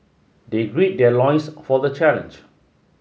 they grid their loins for the challenge